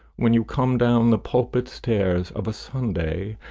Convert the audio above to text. when you come down the pulpit stairs of a sunday,